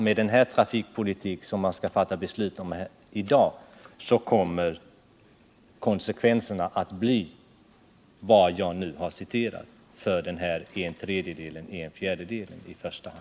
Med den trafikpolitik som vi i dag skall fatta beslut om kommer konsekvenserna att bli vad jag nu har läst upp för i första hand denna tredjedel eller fjärdedel av befolkningen.